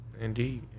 Indeed